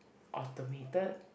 automated